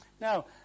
Now